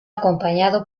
acompañado